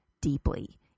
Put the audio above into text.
deeply